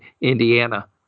Indiana